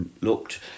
looked